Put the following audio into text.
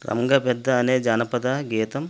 గంగ పెద్ద అనే జానపద గీతం